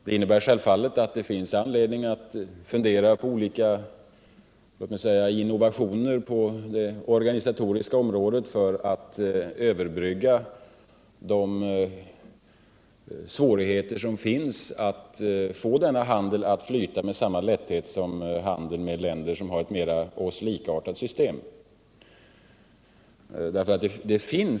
Det innebär självfallet att det finns anledning att fundera på olika innovationer på det organisatoriska området för att överbrygga svårigheterna att få denna handel att flyta med samma lätthet som handeln med länder som har ett med oss mera likartat system.